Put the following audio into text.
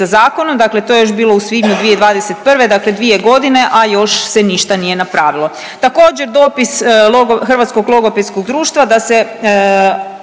zakonom, dakle to je još bilo u svibnju 2021., dakle 2.g., a još se ništa nije napravilo. Također dopis Hrvatskog logopedskog društva da se